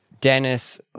Dennis